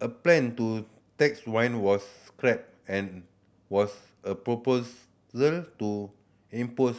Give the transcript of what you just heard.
a plan to tax wine was scrapped and was a proposal to impose